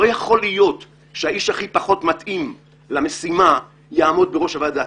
לא יכול להיות שהאיש הכי פחות מתאים למשימה יעמוד בראש הוועדה.